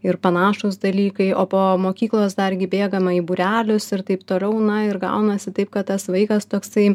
ir panašūs dalykai o po mokyklos dargi bėgamama į būrelius ir taip toliau na ir gaunasi taip kad tas vaikas toksai